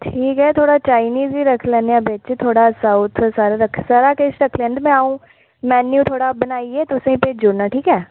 ठीक ऐ थोह्ड़ा चाईनीज़ बी रक्खी लैने आं बिच ते थोह्ड़ा साऊथ सारा किश रक्खी लैने आं ना मेन्यू थोह्ड़ा बनाइयै ना तुसेंगी भेजी ओड़नेआ ना